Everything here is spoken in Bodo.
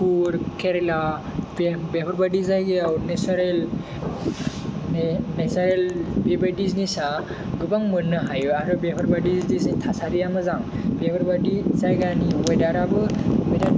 कुर्ग केरेला बेफोरबायदि जायगायाव नेसारेल बेबायदि जिनिसा गोबां मोननो हायो आरो बेफोरबायदि जे थासारिया मोजां बेफोरबायदि जायगानि वेडाराबो बिराद